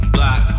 Black